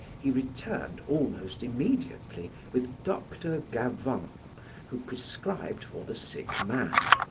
he returned almost immediately with dr. gavant who prescribed for the sick man.